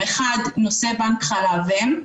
אחד נושא חלב אם.